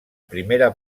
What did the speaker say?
primera